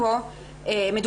או